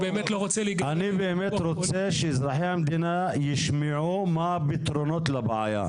אני רוצה שאזרחי המדינה ישמעו מה הפתרונות לבעיה.